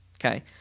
okay